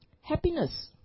Happiness